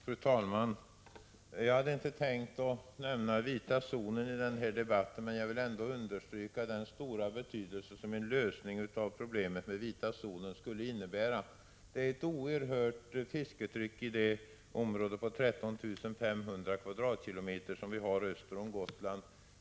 Fru talman! Jag hade i den här debatten inte tänkt att nämna vita zonen, men vill ändå understryka den stora betydelse som en lösning av problemet med vita zonen skulle innebära. Det är ett oerhört fisketryck i det område på 13 500 km? som ligger öster om Gotland.